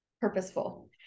purposeful